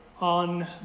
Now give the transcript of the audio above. on